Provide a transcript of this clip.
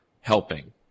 helping